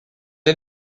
est